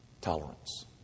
tolerance